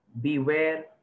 beware